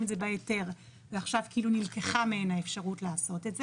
את זה בהיתר ועכשיו נלקחה מהן האפשרות לעשות את זה,